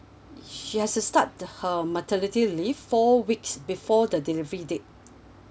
she has to start her maternity leave four weeks before the delivery date